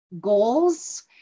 goals